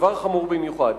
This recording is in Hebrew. דבר חמור במיוחד.